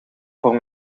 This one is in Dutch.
voor